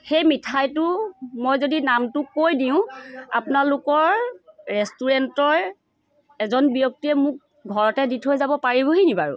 সেই মিঠাইটো মই যদি নামটো কৈ দিওঁ আপোনালোকৰ ৰেষ্টুৰেণ্টৰ এজন ব্যক্তিয়ে মোক ঘৰতে দি থৈ যাব পাৰিবহি নেকি বাৰু